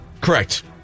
Correct